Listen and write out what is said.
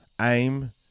aim